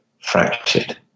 fractured